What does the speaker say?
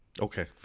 okay